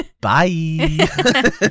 Bye